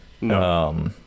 No